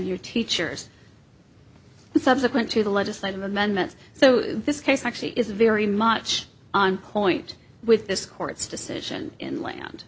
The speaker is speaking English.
d teachers subsequent to the legislative amendments so this case actually is very much on point with this court's decision in land